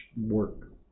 work